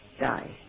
die